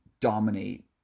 dominate